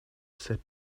set